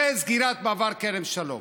זה סגירת מעבר כרם שלום.